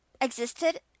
existed